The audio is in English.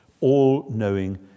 all-knowing